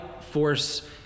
force